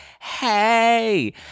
hey